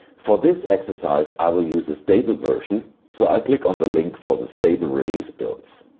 for this exercise i will use a stable version so i click on the link for the stable release builds.